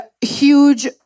huge